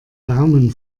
daumen